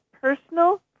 personal